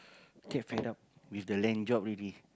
get fed up with the land job already